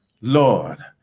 Lord